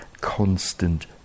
constant